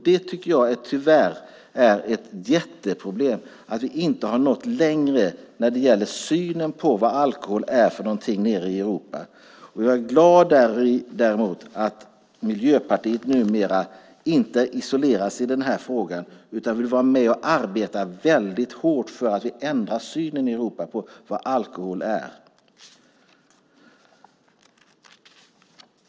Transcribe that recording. Det är ett jätteproblem att vi inte har nått längre när det gäller synen nere i Europa på vad alkohol är. Jag är glad att Miljöpartiet numera inte isolerar sig i den här frågan utan vill vara med och arbeta väldigt hårt för att ute i Europa ändra synen på vad alkohol är.